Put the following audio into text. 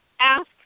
ask